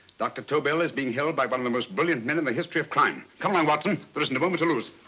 dr. tobel is being held by one of the most brilliant men in the history of crime. come on, watson. there isn't a moment to lose.